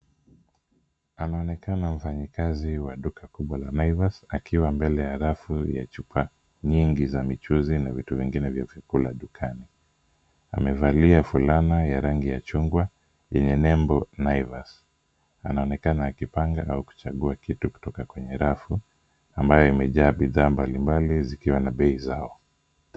Anaonekana mfanyikazi wa duka kubwa la Naivas akiwa mbele ya rafu ya chupa nyingi za michuzi na vitu vingine vya vyakula dukani. Amevalia fulana ya rangi ya chungwa yenye nembo Naivas. Anaonekana akipanga au kuchagua kitu kutoka kwenye rafu ambayo imejaa bidhaa mbalimbali zikiwa na bei zao.